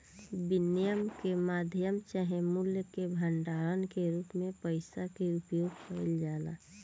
विनिमय के माध्यम चाहे मूल्य के भंडारण के रूप में पइसा के उपयोग कईल जाला